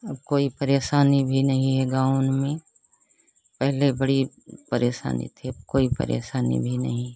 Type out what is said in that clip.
अब कोई परेशानी भी नहीं है गाँव में पहले बड़ी परेशानी थी अब कोई परेशानी भी नहीं है